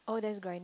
oh that's grinding